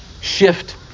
shift